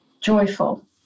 joyful